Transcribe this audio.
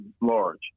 large